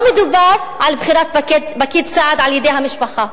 לא מדובר על בחירת פקיד סעד על-ידי המשפחה,